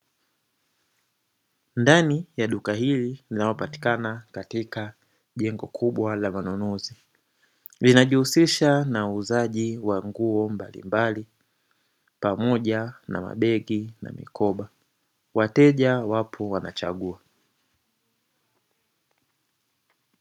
Ndani ya duka hili linalopatikana katika jengo hilo kubwa la manunuzi, linajihusisha na uuzaji wa nguo mbalimbali pamoja na mabegi na mikoba wateja wapo wanachagua.